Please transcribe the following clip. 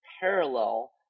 parallel